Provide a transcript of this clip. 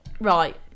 Right